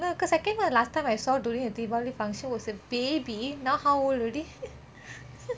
because the second [one] last time I saw during a deepavali function it was a baby now how old already